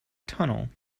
tunnel